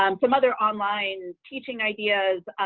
um some other online teaching ideas.